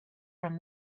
from